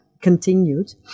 continued